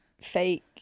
fake